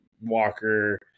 Walker